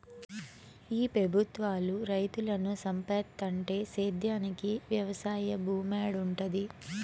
ఈ పెబుత్వాలు రైతులను సంపేత్తంటే సేద్యానికి వెవసాయ భూమేడుంటది